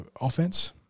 offense